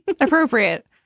Appropriate